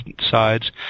sides